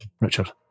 Richard